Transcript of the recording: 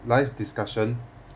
live discussion